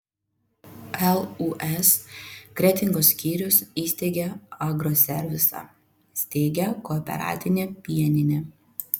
lūs kretingos skyrius įsteigė agroservisą steigia kooperatinę pieninę